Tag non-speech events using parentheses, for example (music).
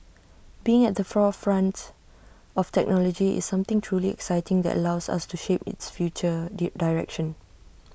being at the forefront of technology is something truly exciting that allows us to shape its future (unintelligible) direction